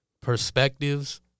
perspectives